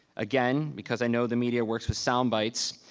again, because i know the media works with soundbites.